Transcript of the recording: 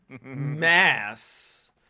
mass